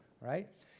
right